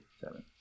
Seven